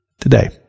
today